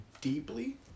deeply